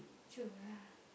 true lah